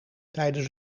tijdens